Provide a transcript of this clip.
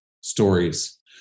stories